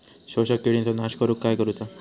शोषक किडींचो नाश करूक काय करुचा?